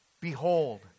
behold